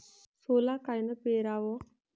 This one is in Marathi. सोला कायनं पेराव?